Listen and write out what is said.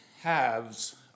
halves